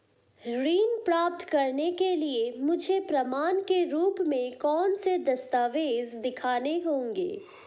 ऋण प्राप्त करने के लिए मुझे प्रमाण के रूप में कौन से दस्तावेज़ दिखाने होंगे?